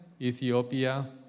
Ethiopia